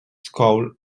scowled